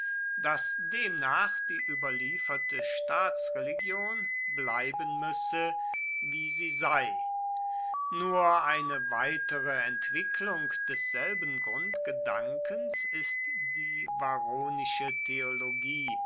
daß demnach die überlieferte staatsreligion bleiben müsse wie sie sei nur eine weitere entwicklung desselben grundgedankens ist die varronische theologie